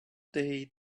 day